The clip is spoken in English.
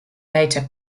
later